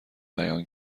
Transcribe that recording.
بیان